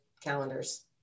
calendars